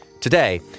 Today